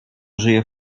żyje